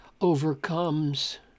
overcomes